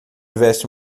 veste